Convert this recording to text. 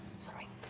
sorry.